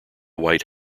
white